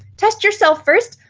test yourself first,